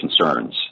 concerns